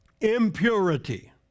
Impurity